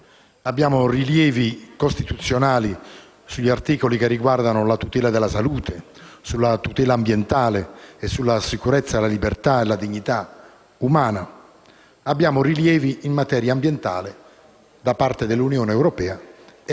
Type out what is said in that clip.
abbiamo rilievi costituzionali sugli articoli che riguardano la tutela della salute, la tutela ambientale e la sicurezza, la libertà e la dignità umana; abbiamo rilievi in materia ambientale da parte dell'Unione europea e